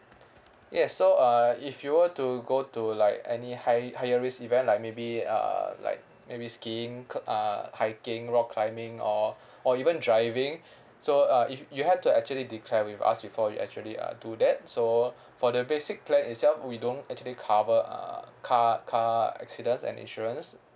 yes so uh if you were to go to like any high higher risk event like maybe uh like maybe skiing uh hiking rock climbing or or even driving so uh if you had to actually declare with us before you actually uh do that so for the basic plan itself we don't actually cover uh car car accidents and insurance